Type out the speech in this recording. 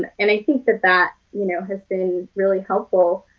and and i think that that you know has been really helpful,